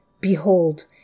Behold